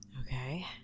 Okay